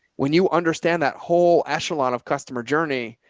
when you understand that whole echelon of customer journey,